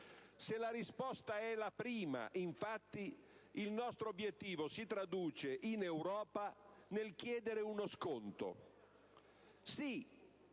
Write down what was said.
Se la risposta è la prima, il nostro obiettivo si traduce in Europa nel chiedere uno sconto.